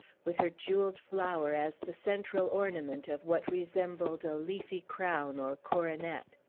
with her jewelled flower as the central ornament of what resembled a leafy crown, or coronet.